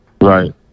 Right